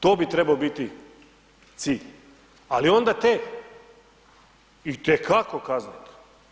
To bi trebao biti cilj, ali onda te itekako kazniti.